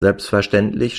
selbstverständlich